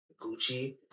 Gucci